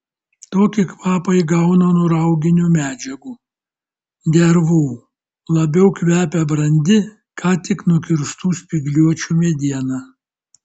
tokį kvapą įgauna nuo rauginių medžiagų dervų labiau kvepia brandi ką tik nukirstų spygliuočių mediena